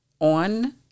on